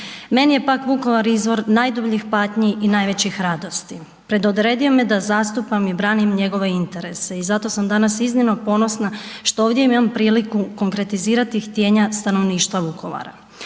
Meni je, pak, Vukovar izvor najdubljih patnji i najvećih radosti. Predodredio me da zastupam i branim njegove interese i zato sam danas iznimno ponosna što ovdje imam priliku konkretizirati htjenja stanovništva Vukovara.